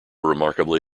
remarkably